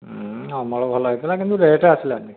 ଅମଳ ଭଲ ହୋଇଥିଲା କିନ୍ତୁ ରେଟ ଆସିଲାନି